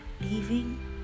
Leaving